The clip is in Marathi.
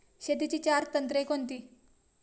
शेतीची चार तंत्रे कोणती?